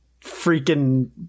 freaking